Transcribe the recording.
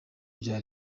bya